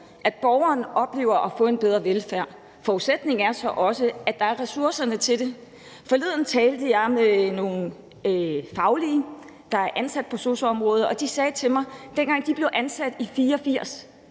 at borgeren oplever at få en bedre velfærd. Forudsætningen er så også, at der er ressourcerne til det. Forleden talte jeg med nogle fagligt ansatte på sosu-området, og de sagde til mig, at dengang de blev ansat, i 1984,